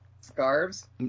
Scarves